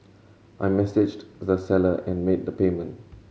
I messaged the seller and made the payment